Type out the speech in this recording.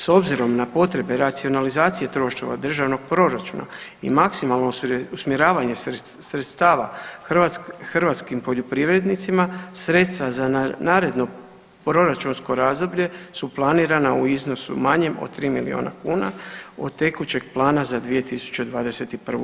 S obzirom na potrebe racionalizacije troškova državnog proračuna i maksimalno usmjeravanje sredstava hrvatskim poljoprivrednicima, sredstva za naredno proračunsko razdoblje su planirana u iznosu manjem od 3 milijuna kuna od tekućeg plana za 2021. g.